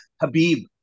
Habib